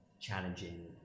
challenging